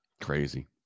Crazy